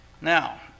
Now